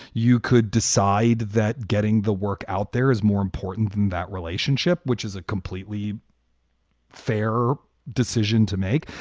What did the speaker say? you could decide that getting the work out there is more important than that relationship, which is a completely fair decision to make.